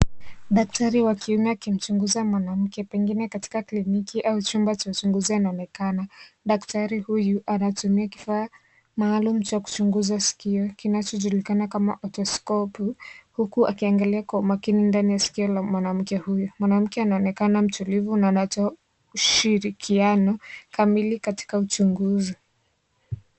Daktari wa kiume akimchunguza mwanamke. Pengine katika kliniki au chumba cha uchunguzi unaonekana. Daktari huyu, anatumia kifaa maalum cha kuchunguza sikioni kinachojulikana kama otoskopu. Huku akiangalia kwa umakini ndani ya sikio la mwanamke huyu. Mwanamke anaonekana mtulivu na anatoa ushirikiano kamili katikati uchunguzi.